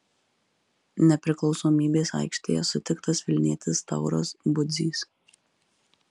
nepriklausomybės aikštėje sutiktas vilnietis tauras budzys